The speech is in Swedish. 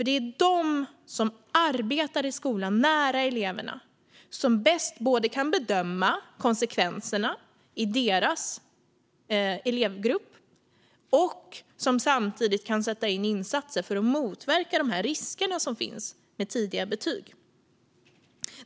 Det är ju de som arbetar i skolan, nära eleverna, som bäst kan bedöma konsekvenserna i sina elevgrupper och samtidigt kan sätta in insatser för att motverka de risker som finns med tidiga betyg.